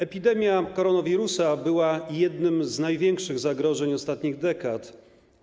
Epidemia koronawirusa była jednym z największych zagrożeń ostatnich dekad.